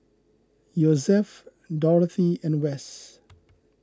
Yosef Dorathy and Wes